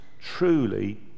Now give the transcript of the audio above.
truly